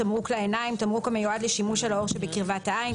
"תמרוק לעיניים" תמרוק המיועד לשימוש על העור שבקרבת העין,